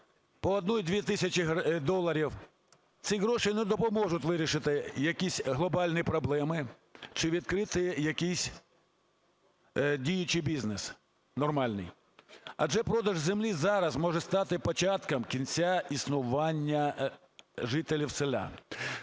чи дві тисячі доларів, ці гроші не допоможуть вирішити якісь глобальні проблеми чи відкрити якийсь діючий бізнес нормальний. Адже продаж землі зараз може стати початком кінця існування жителів селян.